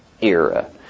era